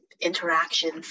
interactions